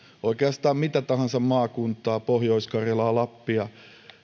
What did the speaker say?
oikeastaan mitä tahansa maakuntaa pohjois karjalaa lappia